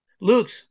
Luke's